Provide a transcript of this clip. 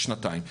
שנתיים.